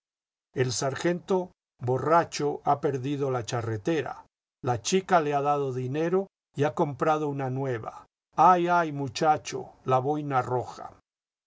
el sargento borracho ha perdido la charretera la chica le ha dado dinero y ha comprado una nueva ay ay muchacho la boina roja